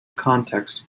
context